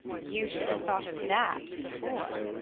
you should have thought of that before.